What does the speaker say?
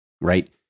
Right